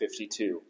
52